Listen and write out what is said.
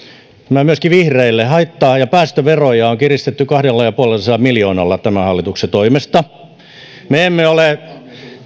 tämä myöskin vihreille haitta ja päästöveroja on kiristetty kahdellasadallaviidelläkymmenellä miljoonalla tämän hallituksen toimesta